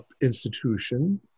institution